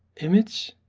image